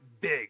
big